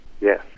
yes